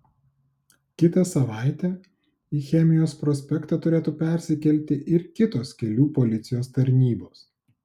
kitą savaitę į chemijos prospektą turėtų persikelti ir kitos kelių policijos tarnybos